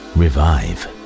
revive